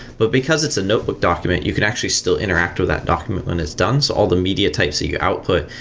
but because it's a notebook document, you can actually still interact with that document when it's done. so all the media types that you output,